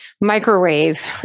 microwave